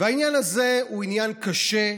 העניין הזה הוא עניין קשה,